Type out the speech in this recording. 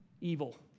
evil